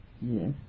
Yes